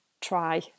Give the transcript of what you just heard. try